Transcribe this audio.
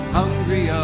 hungry